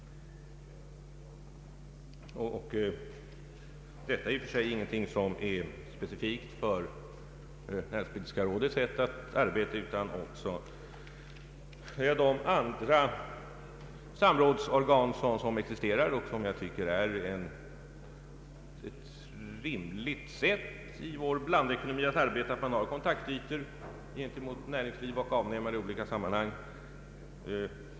Detta är ingenting specifikt för näringspolitiska rådets sätt att arbeta, utan det gäller också för de andra samrådsorgan som existerar, och jag tycker att det är rimligt i vår blandekonomi att ha kontaktytor gentemot näringsliv och andra avnämare.